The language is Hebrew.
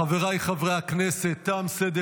חבריי חברי הכנסת, תם סדר